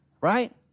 right